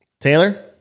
Taylor